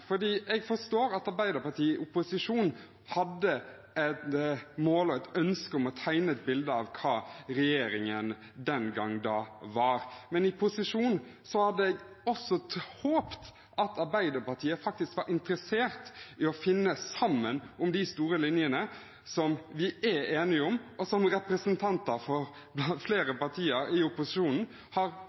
Jeg forstår at Arbeiderpartiet i opposisjon hadde et mål og et ønske om å tegne et bilde av hva regjeringen den gang da var. Men i posisjon hadde jeg håpet at Arbeiderpartiet faktisk var interessert i å finne sammen om de store linjene som vi er enige om, og som representanter for flere partier i opposisjonen har